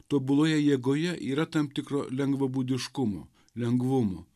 tobuloje jėgoje yra tam tikro lengvabūdiškumo lengvumo